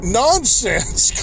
nonsense